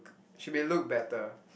she may look better